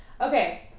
Okay